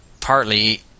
partly